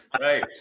right